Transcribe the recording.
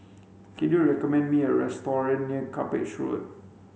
can you recommend me a restaurant near Cuppage Road